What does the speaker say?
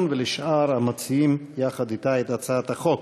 ולשאר המציעים יחד אתה את הצעת החוק.